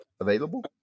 Available